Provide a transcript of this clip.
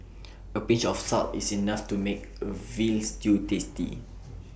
A pinch of salt is enough to make A Veal Stew tasty